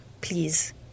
Please